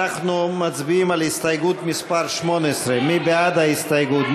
אנחנו מצביעים על הסתייגות מס' 18. מי בעד ההסתייגות?